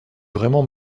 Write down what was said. vraiment